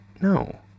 no